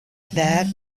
that